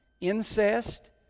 incest